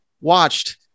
watched